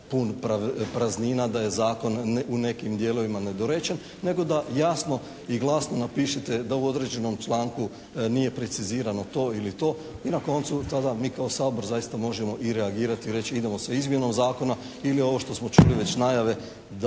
pun praznina, da je zakon u nekim dijelovima nedorečen, nego da jasno i glasno napišete da ovo u određenom članku nije precizirano to ili to. I na koncu mi tada, kao Sabor zaista možemo i reagirati i reći, idemo sa izmjenom zakona, ili ovo što smo čuli već najave da